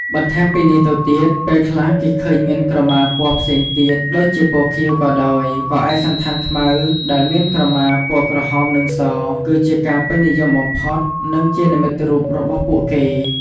បន្ថែមពីនេះទៅទៀតពេលខ្លះគេឃើញមានក្រមាពណ៌ផ្សេងទៀតដូចជាពណ៌ខៀវក៏ដោយ ក៏ឯកសណ្ឋានខ្មៅដែលមានក្រមាពណ៌ក្រហម និងស គឺជាការពេញនិយមបំផុត និងជានិមិត្តរូបរបស់ពួកគេ។